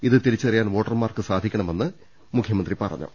ഇത് തിരി ച്ചറിയാൻ വോട്ടർമാർക്ക് സാധിക്കണമെന്നും മുഖ്യമന്ത്രി പറ ഞ്ഞു